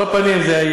על כל פנים, זה ישביח.